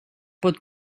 pot